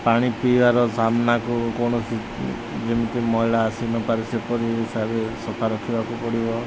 ପାଣି ପିଇବାର ସାମ୍ନାକୁ କୌଣସି ଯେମିତି ମଇଳା ଆସିନପାରେ ସେପରି ହିସାବରେ ସଫା ରଖିବାକୁ ପଡ଼ିବ